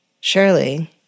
surely